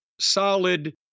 solid